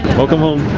welcome home.